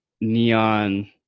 neon